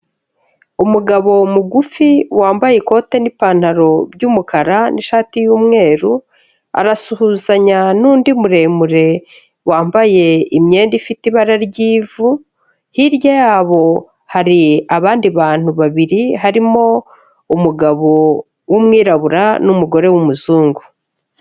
Umugabo mugufi wambaye ikote n'ipantaro by'umukara n'ishati y'umweru, arasuhuzanya n'undi muremure wambaye imyenda ifite ibara ry'ivu, hirya yabo hari abandi bantu babiri harimo umugabo w'umwirabura n'umugore w'umuzungu.